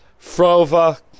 Frova